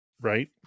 Right